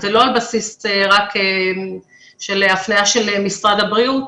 ולא רק על בסיס הפניה של משרד הבריאות,